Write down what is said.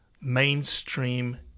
Mainstream